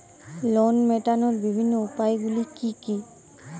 Loan মেটানোর বিভিন্ন উপায়গুলি কী কী?